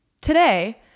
Today